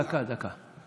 דקה, דקה.